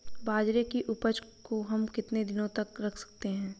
बाजरे की उपज को हम कितने दिनों तक रख सकते हैं?